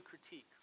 critique